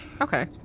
Okay